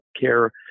care